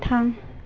थां